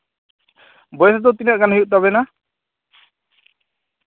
ᱵᱚᱭᱮᱥ ᱫᱚ ᱛᱤᱱᱟᱹᱜ ᱜᱟᱱ ᱦᱩᱭᱩᱜ ᱛᱟᱵᱮᱱᱟ